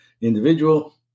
Individual